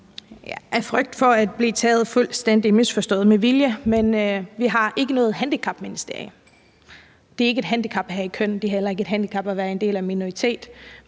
Af frygt for at blive fuldstændig misforstået med vilje har vi ikke noget handicapministerie. Det er ikke et handicap at have et køn, og det er heller ikke et handicap at være en del af en minoritet,